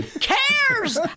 cares